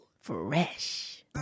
fresh